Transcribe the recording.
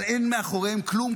אבל אין מאחוריהם כלום,